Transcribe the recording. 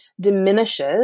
diminishes